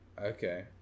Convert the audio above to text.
okay